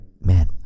man